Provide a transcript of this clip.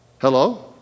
Hello